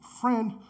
friend